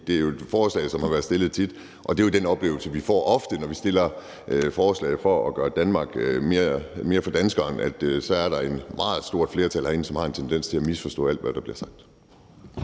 det er jo et forslag, der har været fremsat tit. Og det er jo den oplevelse, vi ofte får, når vi fremsætter forslag om at gøre Danmark mere for danskerne, at der er et meget stort flertal herinde, som har en tendens til at misforstå alt, hvad der bliver sagt.